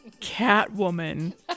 Catwoman